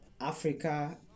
Africa